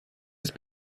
ist